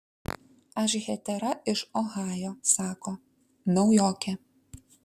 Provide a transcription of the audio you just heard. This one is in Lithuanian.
aš hetera iš ohajo sako naujokė